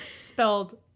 spelled